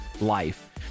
life